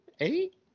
Eight